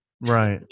right